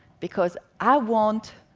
because i want,